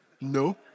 No